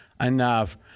enough